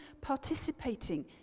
participating